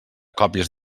còpies